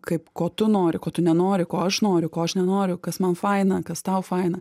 kaip ko tu nori ko tu nenori ko aš noriu ko aš nenoriu kas man faina kas tau faina